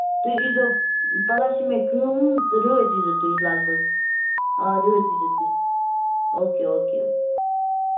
تُہۍ یی زیٚو پگاہ چھِ مےٚ کٲم تہٕ رٲژ یی زٮیٚو تُہۍ لگ بگ آ رٲژ یی زٮیٚو تُہۍ اوکے اوکے او